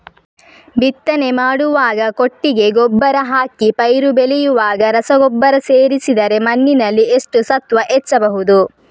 ಬಿತ್ತನೆ ಮಾಡುವಾಗ ಕೊಟ್ಟಿಗೆ ಗೊಬ್ಬರ ಹಾಕಿ ಪೈರು ಬೆಳೆಯುವಾಗ ರಸಗೊಬ್ಬರ ಸೇರಿಸಿದರೆ ಮಣ್ಣಿನಲ್ಲಿ ಎಷ್ಟು ಸತ್ವ ಹೆಚ್ಚಬಹುದು?